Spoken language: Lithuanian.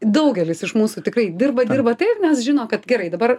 daugelis iš mūsų tikrai dirba dirba taip nes žino kad gerai dabar